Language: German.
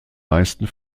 meisten